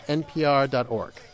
npr.org